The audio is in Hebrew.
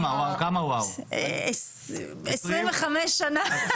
25 שנה.